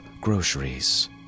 groceries